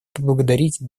поблагодарить